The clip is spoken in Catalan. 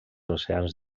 oceans